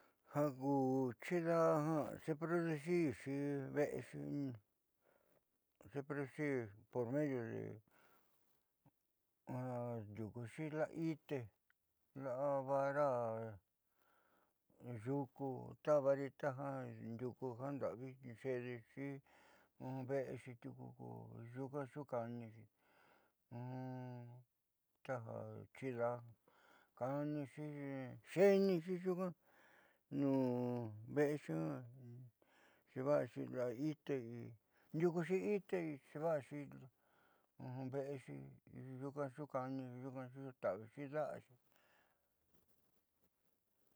Ja ku xidaá njia xeproducirxi ve'exi xeproducir por medio de ja ndiukuxi, la'a ite la'a vara yuku tajavarita jandiuku jaanda'avi xeedexi ve'exi tiuku ko nyuunka xukaanixi taja xidaá kaanixi xeenixi nyuunka nuuve'exi xeeva'axi la'a ite ndiukuxi ite xeeva'axi ve'exi nyuunka xuukaanixi nyuuka xuuta'avixi da'axi.